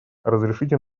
разрешите